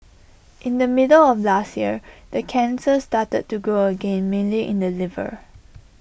in the middle of last year the cancer started to grow again mainly in the liver